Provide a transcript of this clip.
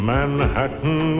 Manhattan